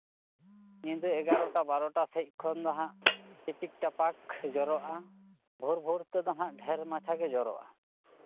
ᱧᱤᱫᱟᱹ ᱮᱜᱟᱨᱚᱴᱟ ᱵᱟᱨᱚᱴᱟ ᱥᱮᱫ ᱠᱷᱚᱱ ᱫᱚ ᱦᱟᱸᱜ ᱴᱤᱯᱤᱠᱼᱴᱟᱯᱟᱠ ᱡᱚᱨᱚᱜᱼᱟ ᱵᱷᱳᱨᱼᱵᱷᱳᱨ ᱛᱮᱫᱚ ᱦᱟᱸᱜ ᱰᱷᱮᱨ ᱢᱟᱪᱷᱟᱜᱮ ᱡᱚᱨᱚᱜᱼᱟ